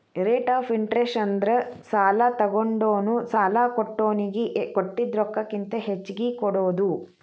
rate of interest ಅಂದ್ರ ಸಾಲಾ ತೊಗೊಂಡೋನು ಸಾಲಾ ಕೊಟ್ಟೋನಿಗಿ ಕೊಟ್ಟಿದ್ ರೊಕ್ಕಕ್ಕಿಂತ ಹೆಚ್ಚಿಗಿ ಕೊಡೋದ್